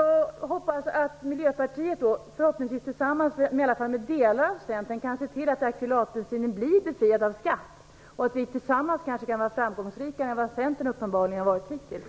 Jag hoppas att Miljöpartiet, förhoppningsvis tillsammans med i alla fall delar av Centern, kan se till att akrylatbensinen blir befriad från skatt och att vi tillsammans kanske kan vara mer framgångsrika än vad Centern uppenbarligen har varit hittills.